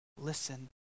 Listen